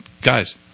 Guys